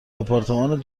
آپارتمان